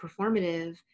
performative